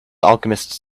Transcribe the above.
alchemists